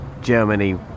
Germany